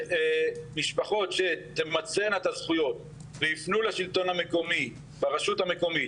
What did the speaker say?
ומשפחות תמצינה את הזכויות ויפנו לשלטון המקומי ברשות המקומית,